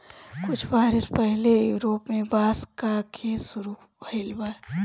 कुछ बरिस पहिले यूरोप में बांस क खेती शुरू भइल बा